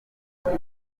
icyo